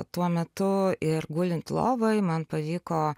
tuo metu ir gulint lovoj man pavyko